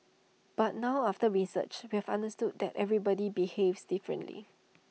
but now after research we have understood that everybody behaves differently